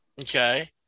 Okay